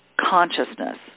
consciousness